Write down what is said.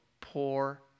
poor